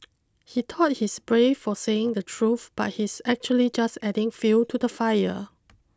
he thought he's brave for saying the truth but he's actually just adding fuel to the fire